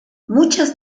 muchas